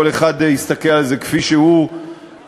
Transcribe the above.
כל אחד יסתכל על זה כפי שהוא רוצה,